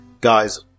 Guys